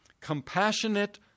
compassionate